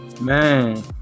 Man